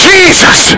Jesus